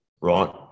right